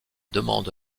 demande